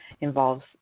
involves